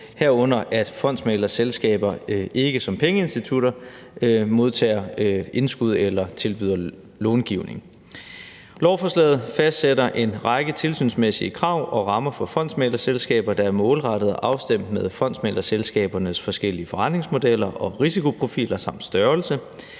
herunder at fondsmæglerselskaber ikke som pengeinstitutter modtager indskud eller tilbyder långivning. Lovforslaget fastsætter en række tilsynsmæssige krav og rammer for fondsmæglerselskaber, der er målrettet og afstemt med fondsmæglerselskabernes forskellige forretningsmodeller og risikoprofiler samt størrelse.